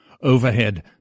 Overhead